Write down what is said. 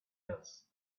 else